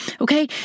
Okay